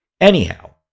Anyhow